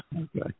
Okay